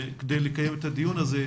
כדי לקיים את הדיון הזה.